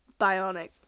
bionic